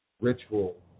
ritual